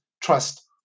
trust